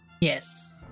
yes